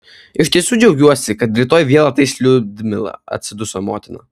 iš tiesų džiaugiuosi kad rytoj vėl ateis liudmila atsiduso motina